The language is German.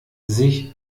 sich